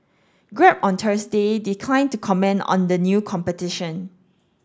grab on Thursday declined to comment on the new competition